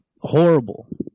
horrible